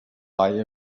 buy